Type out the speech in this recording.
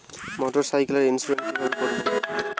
মোটরসাইকেলের ইন্সুরেন্স কিভাবে করব?